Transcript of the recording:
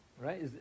Right